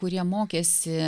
kurie mokėsi